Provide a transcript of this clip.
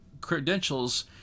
credentials